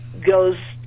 goes